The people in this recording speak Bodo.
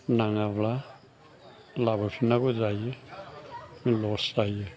नाङाब्ला लाबोफिननांगौ जायो लस जायो